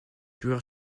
joueur